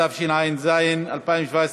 התשע"ז 2017,